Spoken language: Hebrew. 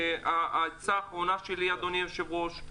העצה האחרונה שלי, אדוני היושב-ראש,